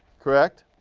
correct?